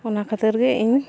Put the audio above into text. ᱚᱱᱟ ᱠᱷᱟᱹᱛᱤᱨᱜᱮ ᱤᱧ